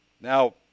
Now